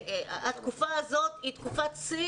התקופה הזאת היא תקופת שיא,